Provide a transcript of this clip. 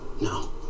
No